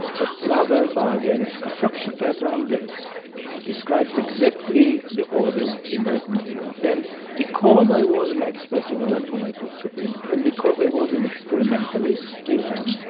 but rather by the diffraction pattern that ah describes exactly the order in that material. and because i was an expert in electron microscopy and because i was an experimentalist, still am,